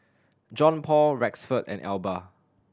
Johnpaul Rexford and Elba